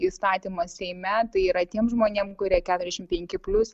įstatymas seime tai yra tiem žmonėm kurie keturiasdešimt penki plius